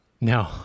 No